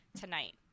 tonight